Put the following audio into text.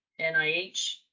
NIH